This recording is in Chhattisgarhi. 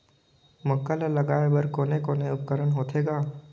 मक्का ला लगाय बर कोने कोने उपकरण होथे ग?